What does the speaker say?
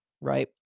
right